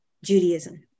Judaism